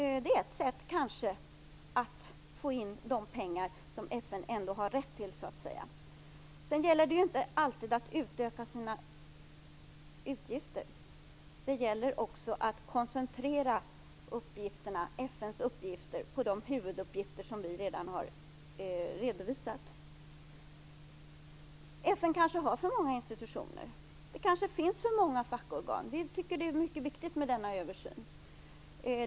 Det är kanske ett sätt att få in de pengar som FN har rätt till. Det gäller vidare inte alltid att utöka sina utgifter. Det gäller också att koncentrera FN:s uppgifter till de huvuduppgifter som vi redan har redovisat. FN kanske har för många institutioner. Det finns kanske för många fackorgan. Vi tycker att en sådan här översyn är mycket viktig.